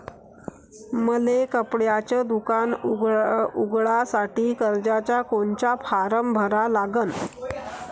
मले कपड्याच दुकान उघडासाठी कर्जाचा कोनचा फारम भरा लागन?